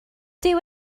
dyw